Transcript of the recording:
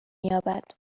یابد